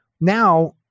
now